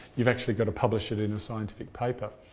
you've actually got to publish it in a scientific paper.